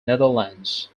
netherlands